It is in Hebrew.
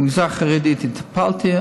במגזר החרדי טיפלתי.